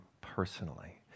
personally